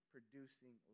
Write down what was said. producing